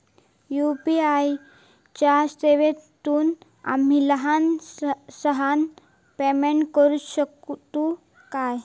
UPI च्या सेवेतून आम्ही लहान सहान पेमेंट करू शकतू काय?